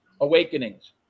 Awakenings